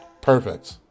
Perfect